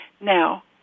now